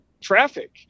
traffic